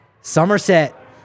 Somerset